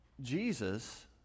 Jesus